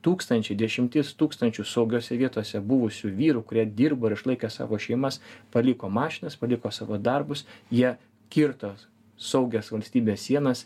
tūkstančiai dešimtys tūkstančių saugiose vietose buvusių vyrų kurie dirbo ir išlaikė savo šeimas paliko mašinas paliko savo darbus jie kirto saugias valstybės sienas